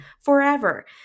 forever